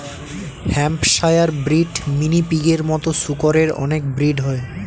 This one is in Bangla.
হ্যাম্পশায়ার ব্রিড, মিনি পিগের মতো শুকরের অনেক ব্রিড হয়